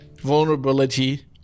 vulnerability